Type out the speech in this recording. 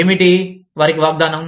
ఏమిటి వారికి వాగ్దానం